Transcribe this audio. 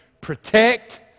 protect